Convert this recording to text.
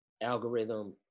algorithm